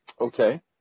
Okay